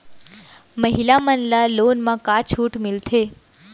महिला मन ला लोन मा का छूट मिलथे?